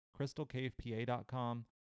CrystalCavePA.com